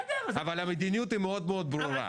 אבל המדיניות היא מאוד מאוד ברורה.